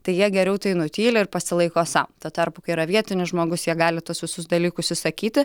tai jie geriau tai nutyli ir pasilaiko sau tuo tarpu kai yra vietinis žmogus jie gali tuos visus dalykus išsakyti